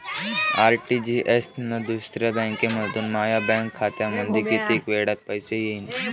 RTGS न दुसऱ्या बँकेमंधून माया बँक खात्यामंधी कितीक वेळातं पैसे येतीनं?